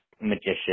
magician